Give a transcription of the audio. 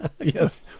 Yes